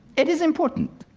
it is important,